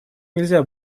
нельзя